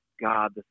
God